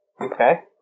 Okay